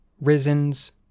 Risen's